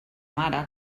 mare